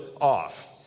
off